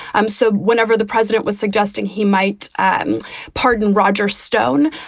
um so whenever the president was suggesting he might um pardon roger stone,